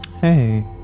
Hey